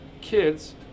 kids